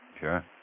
Sure